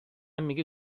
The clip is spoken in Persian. میگی